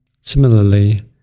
Similarly